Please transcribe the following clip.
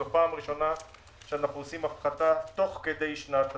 זו פעם ראשונה שאנחנו עושים הפחתה תוך כדי שנת התקציב.